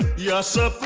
yes sir.